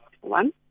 one